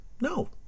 no